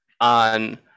on